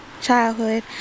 childhood